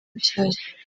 bushyashya